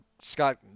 Scott